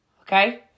Okay